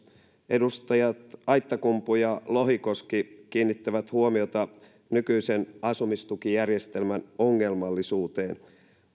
edustajat aittakumpu ja lohikoski kiinnittävät huomiota nykyisen asumistukijärjestelmän ongelmallisuuteen